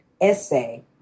essay